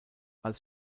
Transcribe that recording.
als